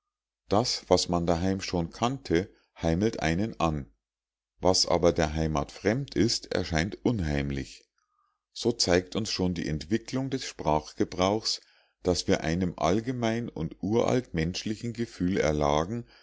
das was man daheim schon kannte heimelt einen an was aber der heimat fremd ist erscheint unheimlich so zeigt uns schon die entwicklung des sprachgebrauchs daß wir einem allgemein und uralt menschlichen gefühl erlagen